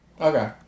okay